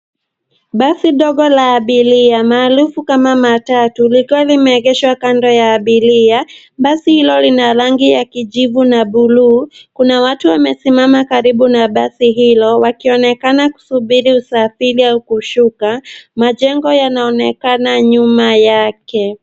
Basi ndogo la abiria maarufu ka matatu likiwa limeegeshwa kando ya abiria. Basi hilo lina rangi ya kijivu na bluu. Kuna watu wakisimama karibu na basi hilo wakionekana kusubiri usafiri au kushuka. Majengo yanaonekana nyuma yake.